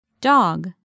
Dog